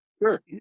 Sure